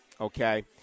okay